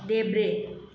देब्रे